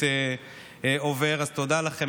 תודה לכן.